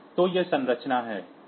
तो यह संरचना है